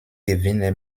gewinne